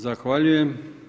Zahvaljujem.